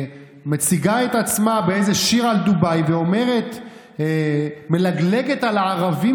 מציגה את עצמה באיזה שיר על דובאי ומלגלגת על הערבים